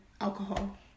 alcohol